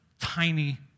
tiny